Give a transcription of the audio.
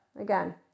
again